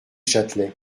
châtelet